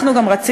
אנחנו גם רצינו,